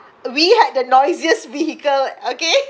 we had the noisiest vehicle okay